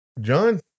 John